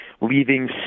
leaving